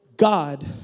God